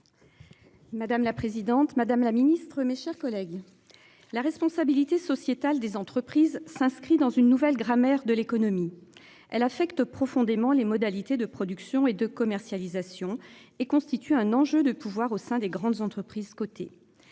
Madame la présidente, madame la ministre, mes chers collègues. La responsabilité sociétale des entreprises s'inscrit dans une nouvelle grammaire de l'économie. Elle affecte profondément les modalités de production et de commercialisation et constitue un enjeu de pouvoir au sein des grandes entreprises cotées.